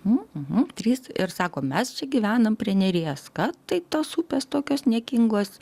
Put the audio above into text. mhm trys ir sako mes čia gyvenam prie neries kad tai tos upės tokios niekingos